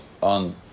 on